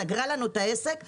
סגרה לנו את העסק ואמרה: